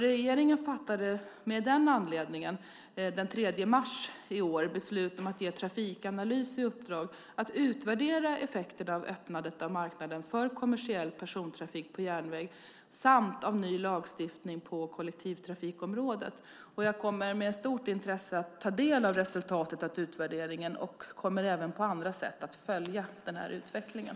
Regeringen fattade av den anledningen den 3 mars i år beslut om att ge Trafikanalys i uppdrag att utvärdera effekterna av öppnandet av marknaden för kommersiell persontrafik på järnväg samt av ny lagstiftning på kollektivtrafikområdet. Jag kommer att med stort intresse ta del av resultatet av utvärderingen och kommer även på andra sätt att följa utvecklingen.